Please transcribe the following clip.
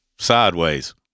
sideways